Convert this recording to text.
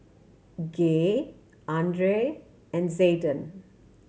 Gay Andrae and Zayden